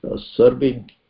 serving